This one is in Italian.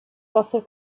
vostro